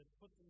put